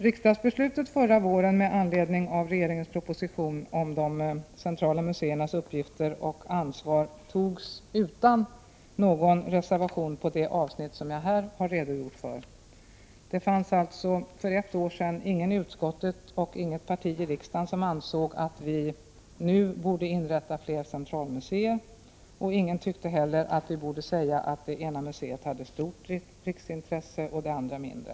Riksdagsbeslutet förra våren med anledning av regeringens proposition om de centrala museernas uppgifter och ansvar fattades utan någon reservation i det avsnitt som jag här har redogjort för. Det fanns alltså för ett år sedan ingen i utskottet och inget parti i riksdagen som ansåg att vi nu borde inrätta fler centralmuseer. Ingen tyckte heller att vi borde säga att det ena museet hade stort riksintresse och det andra mindre.